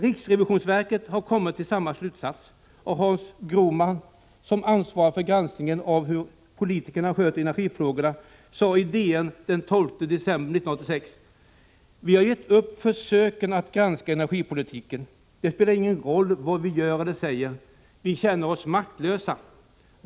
Riksrevisionsverket har kommit fram till samma slutsats, och Hans Grohman, som ansvarar för granskningen av hur politikerna sköter energifrågorna, sade i DN den 12 december 1986: ”Vi har gett upp försöken att granska energipolitiken. Det spelar ingen roll vad vi gör eller säger. Vi känner oss maktlösa.